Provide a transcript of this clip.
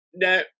No